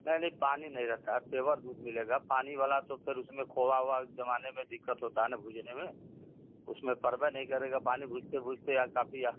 नहीं नहीं पानी नहीं रहता है पेवर दूध मिलेगा पानी वाला तो फिर उसमें खोवा ओवा जमाने में दिक्कत होता है ना भूजने में उसमें परबे नहीं करेगा पानी भूजते भूजते या काफी या